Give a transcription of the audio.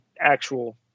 actual